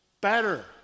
better